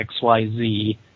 xyz